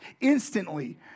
instantly